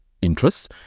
interests